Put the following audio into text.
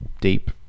deep